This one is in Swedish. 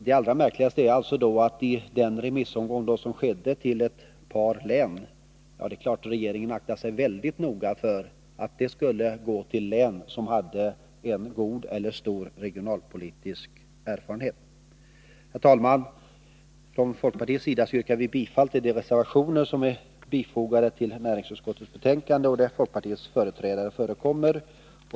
Det allra märkligaste är att remissen gick till ett par län — det är klart att regeringen aktade sig väldigt noga för att låta remissen gå till län som hade en god eller stor regionalpolitisk erfarenhet. Herr talman! Från folkpartiets sida yrkar vi bifall till de reservationer som är fogade till näringsutskottets betänkande och under vilka namnen på folkpartiets företrädare förekommer.